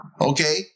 Okay